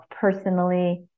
personally